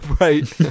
Right